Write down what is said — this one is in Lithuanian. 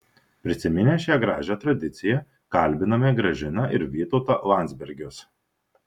prisiminę šią gražią tradiciją kalbiname gražiną ir vytautą landsbergius